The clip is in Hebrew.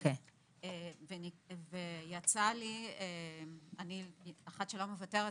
אני אחת שלא מוותרת,